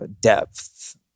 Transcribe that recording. depth